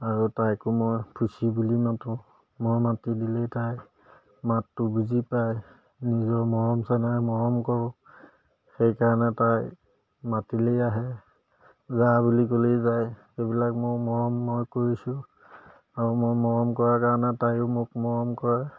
আৰু তাইকো মই ফুচি বুলি মাতো মই মাতি দিলেই তাই মাতটো বুজি পায় নিজৰ মৰম চেনেহ মৰম কৰোঁ সেইকাৰণে তাই মাতিলেই আহে যা বুলি ক'লেই যায় সেইবিলাক মোৰ মৰম মই কৰিছোঁ আৰু মই মৰম কৰাৰ কাৰণে তাইও মোক মৰম কৰে